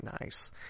nice